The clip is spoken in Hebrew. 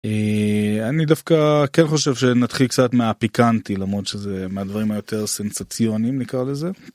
אני דווקא כן חושב שנתחיל קצת מהפיקנטי למרות שזה מהדברים היותר סנסציונים נקרא לזה.